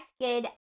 good